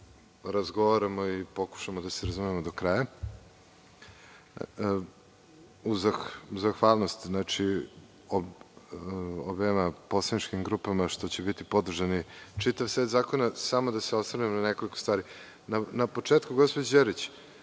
razgovaramo i pokušamo da se razumemo do kraja, uz zahvalnost obema poslaničkim grupama što će podržati čitav set zakona, samo da se osvrnem na nekoliko stvari. Na početku, gospođo Đerić,